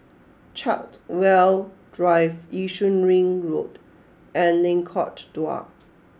Chartwell Drive Yishun Ring Road and Lengkok Dua